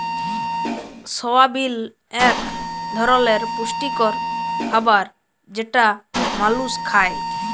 সয়াবিল এক ধরলের পুষ্টিকর খাবার যেটা মালুস খায়